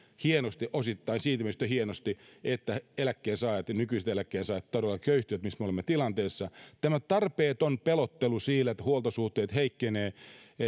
hienosti osittain siinä mielessä hienosti että nykyiset eläkkeensaajat todella köyhtyvät siinä tilanteessa me olemme tämä tarpeeton pelottelu sillä että huoltosuhteet heikkenevät